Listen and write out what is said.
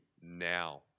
Now